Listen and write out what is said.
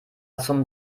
zum